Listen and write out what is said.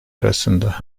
arasında